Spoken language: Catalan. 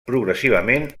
progressivament